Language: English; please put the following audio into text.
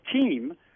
team